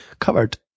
covered